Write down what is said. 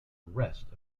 rest